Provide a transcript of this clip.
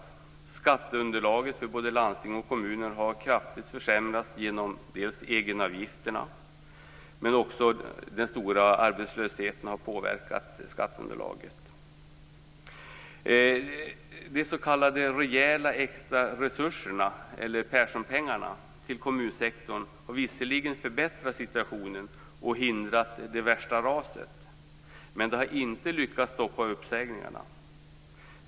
Dels har skatteunderlaget för både landsting och kommuner kraftigt försämrats genom egenavgifterna, dels har den höga arbetslösheten påverkat skatteunderlaget. De s.k. rejäla extraresurserna eller Perssonpengarna till kommunsektorn har visserligen förbättrat situationen och hindrat det värsta raset, men de har inte lyckats stoppa uppsägningarna.